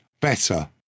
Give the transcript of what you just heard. better